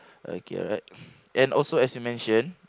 okay alright and also as you mention